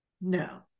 No